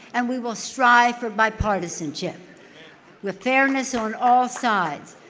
and we will strive for bipartisanship with fairness on all sides.